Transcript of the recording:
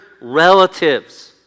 relatives